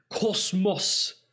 Cosmos